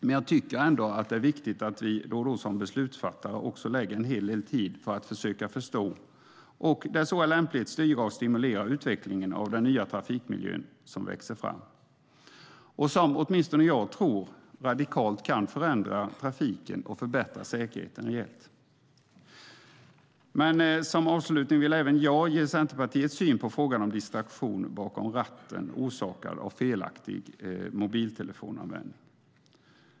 Men jag tycker ändå att det är viktigt att vi då och då som beslutsfattare också lägger en hel del tid på att försöka förstå och där så är lämpligt styra och stimulera utvecklingen av den nya trafikmiljön som växer fram. Det tror åtminstone jag radikalt kan förändra trafiken och förbättra säkerheten rejält. Som avslutning vill jag ge även Centerpartiets syn på frågan om distraktion bakom ratten orsakad av felaktig mobiltelefonanvändning.